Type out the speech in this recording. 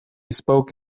spoke